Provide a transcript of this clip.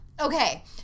Okay